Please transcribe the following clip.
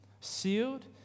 Sealed